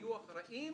שיהיו אחראים